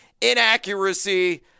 Inaccuracy